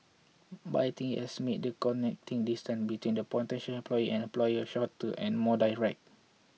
but I think it has made the connecting distance between the potential employee and employer shorter and more direct